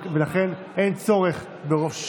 לכן אין צורך ברוב של